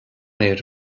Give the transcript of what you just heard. fhir